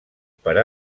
per